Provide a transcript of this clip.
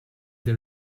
del